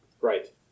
Right